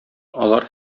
алар